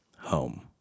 Home